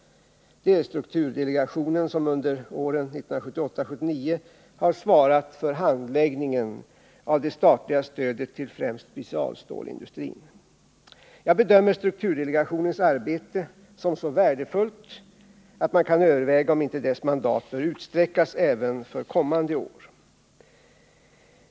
Det är strukturdelegationen som under åren 1978 och 1979 har svarat för handläggningen av det statliga stödet till främst specialstålsindustrin. Jag bedömer strukturdelegationens arbete som så värdefullt att man kan överväga om inte dess mandat bör utsträckas även för kommande år.